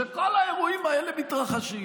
כשכל האירועים האלה מתרחשים,